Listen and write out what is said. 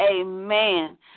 amen